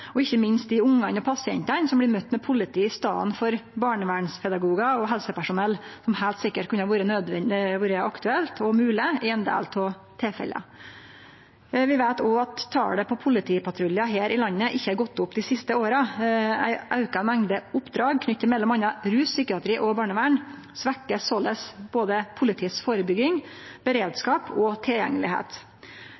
og ikkje minst for dei ungane og pasientane som blir møtte med politi i staden for barnevernspedagogar og helsepersonell – som heilt sikkert kunne vore aktuelt og mogleg i ein del av tilfella. Vi veit òg at talet på politipatruljar her i landet ikkje har gått opp dei siste åra. Ei auka mengd oppdrag knytt til m.a. rus, psykiatri og barnevern svekkjer såleis både politiets førebygging,